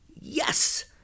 yes